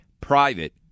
Private